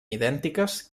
idèntiques